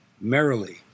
merrily